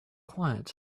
quiet